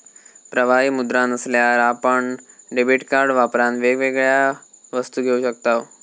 प्रवाही मुद्रा नसल्यार आपण डेबीट कार्ड वापरान वेगवेगळ्या वस्तू घेऊ शकताव